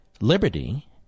liberty